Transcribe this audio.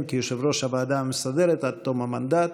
כיושב-ראש הוועדה המסדרת עד תום המנדט,